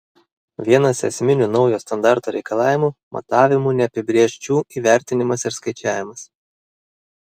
vienas esminių naujo standarto reikalavimų matavimų neapibrėžčių įvertinimas ir skaičiavimas